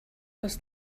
was